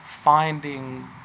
finding